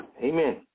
Amen